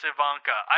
Ivanka